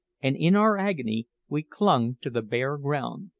and in our agony we clung to the bare ground,